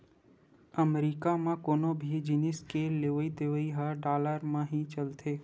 अमरीका म कोनो भी जिनिस के लेवइ देवइ ह डॉलर म ही चलथे